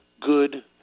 good